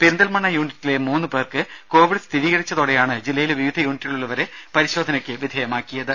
പെരിന്തൽമണ്ണ യൂണിറ്റിലെ മൂന്ന് പേർക്ക് കോവിഡ് സ്ഥിരീകരിച്ചതോടെയാണ് ജില്ലയിലെ വിവിധ യൂണിറ്റിലുള്ളവരെ പരിശോധനയ്ക്ക് വിധേയമാക്കിയത്